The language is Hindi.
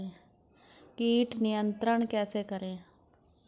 कीट नियंत्रण कैसे करें?